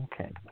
Okay